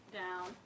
down